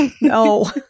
no